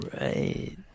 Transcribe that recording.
right